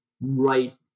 right